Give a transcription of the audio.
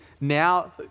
now